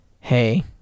Hey